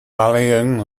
rallying